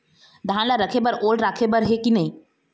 धान ला रखे बर ओल राखे बर हे कि नई?